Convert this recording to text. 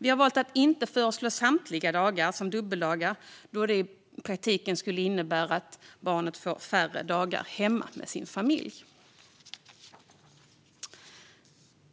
Vi har valt att inte föreslå att samtliga dagar ska vara dubbeldagar, då det i praktiken skulle innebära att barnet får färre dagar hemma med sin familj.